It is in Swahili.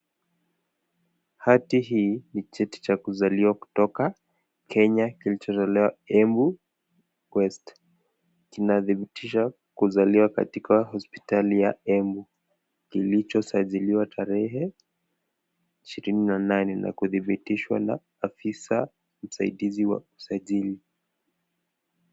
Hati hii ni cheti cha kuzaliwa katoka Kenya kilichotolewa eneo la embu ( west). Inathibitisha kuzaliwa katika hospitali ya Embu kilicho sajilliwa tarehe 28 na kuthibitishwa na afisa msaidizi wa usajili.